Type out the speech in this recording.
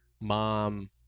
mom